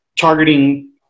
targeting